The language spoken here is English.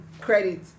credit